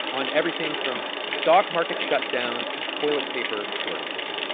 on everything from stock market shutdowns to toilet paper shortages,